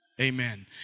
Amen